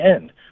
end